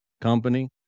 company